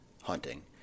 hunting